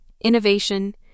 innovation